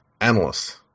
analysts